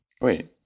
Wait